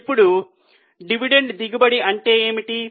ఇప్పుడు డివిడెండ్ దిగుబడి అంటే ఏమిటి